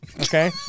okay